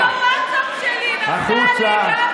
תודה.